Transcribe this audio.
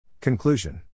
Conclusion